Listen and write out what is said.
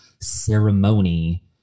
ceremony